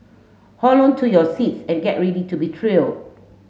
hold on to your seats and get ready to be thrilled